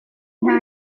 nta